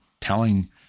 telling